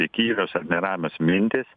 įkyrios ar neramios mintys